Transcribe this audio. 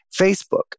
Facebook